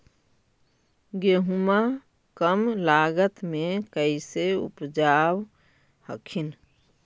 गेहुमा कम लागत मे कैसे उपजाब हखिन?